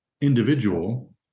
individual